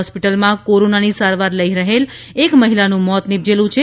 હોસ્પિટલમાં કોરોનાની સારવાર લઇ રહેલ એક મહિલાનું મોત નિપજેલું છે